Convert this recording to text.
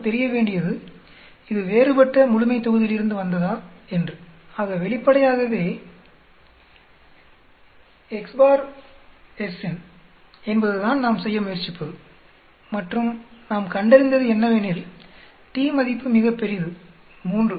நமக்கு தெரிய வேண்டியது இது வேறுபட்ட முழுமைத்தொகுதியிலிருந்து வந்ததா என்று ஆக வெளிப்படையாகவே என்பதுதான் நாம் செய்ய முயற்சிப்பது மற்றும் நாம் கண்டறிந்தது என்னவெனில் t மதிப்பு மிகப்பெரிது 3